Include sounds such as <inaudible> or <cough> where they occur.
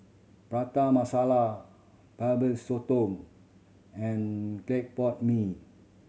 Prata Masala <unintelligible> sotong and clay pot mee